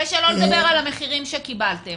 שלא לדבר על מחירים שקיבלתם.